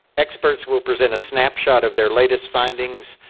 experts will present a snapshot of their latest findings.